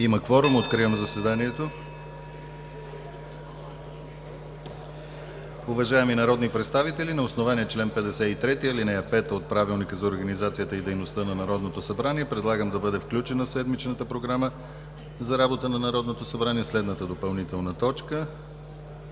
Има кворум. Откривам заседанието. (Звъни.) Уважаеми народни представители, на основание чл. 53, ал. 5 от Правилника за организацията и дейността на Народното събрание предлагам да бъде включена в седмичната програма за работа на Народното събрание следната допълнителна точка: